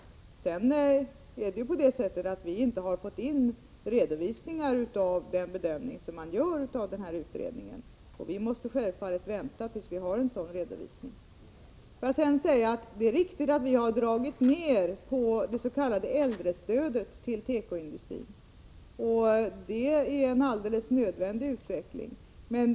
Jag upprepar att man ännu inte redovisat sina bedömningar av den utredning som gjorts på detta område. Vi måste självfallet vänta tills vi har en sådan redovisning. Det är riktigt att vi har dragit ned på det s.k. äldrestödet till tekoindustrin. Det är en alldeles nödvändig utveckling.